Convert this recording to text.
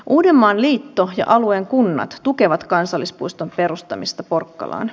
uudenmaan liitto ja alueen kunnat tukevat kansallispuiston perustamista porkkalaan